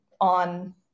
on